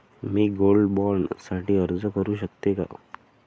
मी gold bond साठी अर्ज करु शकते का?